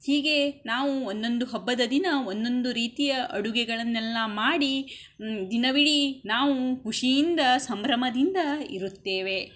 ಹೀಗೇ ನಾವು ಒಂದೊಂದು ಹಬ್ಬದ ದಿನ ಒಂದೊಂದು ರೀತಿಯ ಅಡುಗೆಗಳನ್ನೆಲ್ಲ ಮಾಡಿ ದಿನವಿಡೀ ನಾವು ಖುಷಿಯಿಂದ ಸಂಭ್ರಮದಿಂದ ಇರುತ್ತೇವೆ